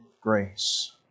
grace